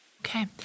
Okay